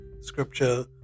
scripture